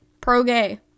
pro-gay